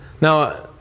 Now